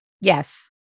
Yes